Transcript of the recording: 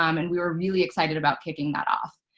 um and we were really excited about kicking that off.